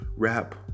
Rap